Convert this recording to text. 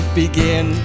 begin